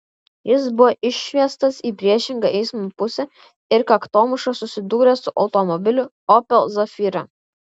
jis buvo išsviestas į priešingą eismo pusę ir kaktomuša susidūrė su automobiliu opel zafira